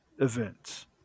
events